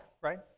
right